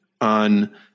on